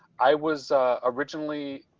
i was originally